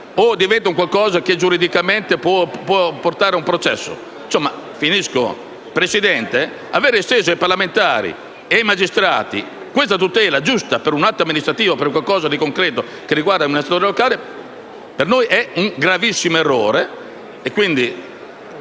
o diventa qualcosa che giuridicamente può portare a un processo? Secondo noi, aver esteso ai parlamentari e ai magistrati questa tutela, giusta per un atto amministrativo, per qualcosa di concreto che riguarda gli amministratori locali, è un gravissimo errore.